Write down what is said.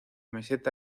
meseta